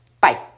Bye